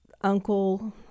uncle